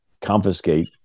Confiscate